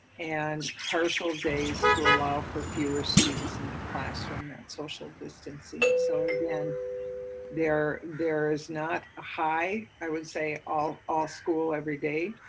and partial days to allow for fewer students in the classroom and social distancing. so then there there is not a high, i would say all all school every day,